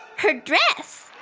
her dress!